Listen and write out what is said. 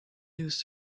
use